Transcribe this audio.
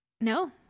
No